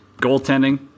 Goaltending